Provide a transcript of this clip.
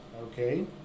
Okay